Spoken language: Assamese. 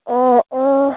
অঁ অঁ